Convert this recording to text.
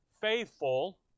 faithful